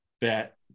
bet